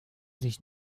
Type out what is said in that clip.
sich